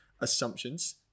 assumptions